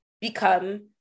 become